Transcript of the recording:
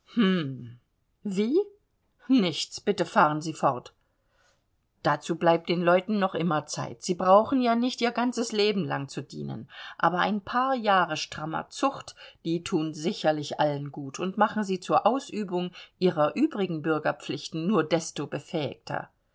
wie nichts bitte fahren sie fort dazu bleibt den leuten noch immer zeit sie brauchen ja nicht ihr ganzes leben lang zu dienen aber ein paar jahre strammer zucht die thun sicherlich allen gut und machen sie zur ausübung ihrer übrigen bürgerpflichten nur desto befähigter